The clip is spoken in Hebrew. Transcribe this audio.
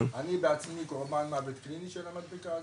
אני בעצמי קורבן מוות קליני של המדבקה הזאת,